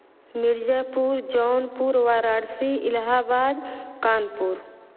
Mirzapur Jaunpur Varanasi Allahabad Kanpur